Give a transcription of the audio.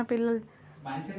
పిల్లలు